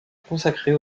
consacrer